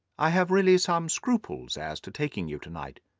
i have really some scruples as to taking you to-night.